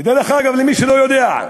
ודרך אגב, למי שלא יודע,